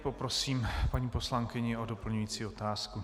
Poprosím paní poslankyni o doplňující otázku.